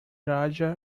raja